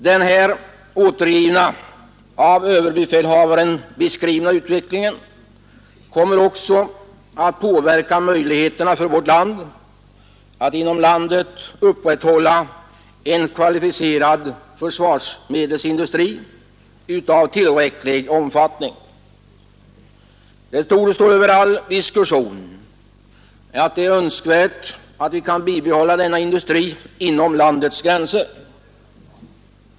Den här återgivna, av överbefälhavaren beskrivna utvecklingen kommer också att påverka möjligheterna för oss att inom vårt land upprätthålla en kvalificerad försvarsmedelsindustri av tillräcklig omfattning. Det torde stå över all diskussion att det är önskvärt att vi kan bibehålla denna industri inom landets gränser.